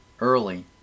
early